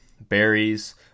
berries